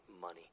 money